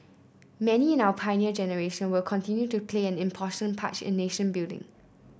many in our Pioneer Generation will continue to play an part in nation building